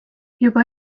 juba